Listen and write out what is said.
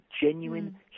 genuine